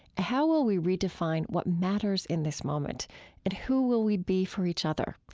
how will we redefine what matters in this moment and who will we be for each other?